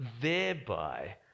thereby